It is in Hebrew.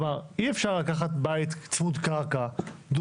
כלומר אי אפשר לקחת בית צמוד קרקע דו